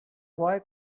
boy